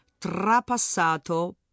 trapassato